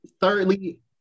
thirdly